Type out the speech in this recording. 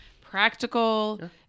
practical